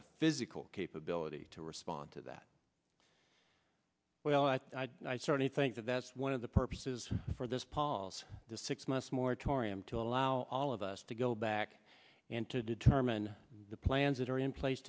the physical capability to respond to that well i certainly think that that's one of the purposes for this paul's this six months moratorium to allow all of us to go back and to determine the plans that are in place